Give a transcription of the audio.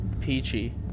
Peachy